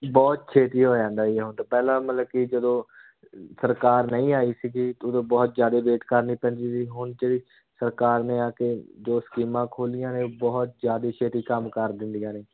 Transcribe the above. ਬਹੁਤ ਛੇਤੀ ਹੋ ਜਾਂਦਾ ਹੁਣ ਤਾਂ ਪਹਿਲਾਂ ਮਤਲਬ ਕਿ ਜਦੋਂ ਸਰਕਾਰ ਨਹੀਂ ਆਈ ਸੀਗੀ ਅਤੇ ਉਦੋਂ ਬਹੁਤ ਜ਼ਿਆਦੇ ਵੇਟ ਕਰਨੀ ਪੈਂਦੀ ਸੀ ਹੁਣ ਜਿਹੜੀ ਸਰਕਾਰ ਨੇ ਆ ਕੇ ਜੋ ਸਕੀਮਾਂ ਖੋਲ੍ਹੀਆਂ ਨੇ ਬਹੁਤ ਜ਼ਿਆਦੀ ਛੇਤੀ ਕੰਮ ਕਰ ਦਿੰਦੀਆਂ ਨੇ